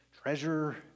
Treasure